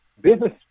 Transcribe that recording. business